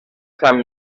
sant